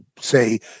say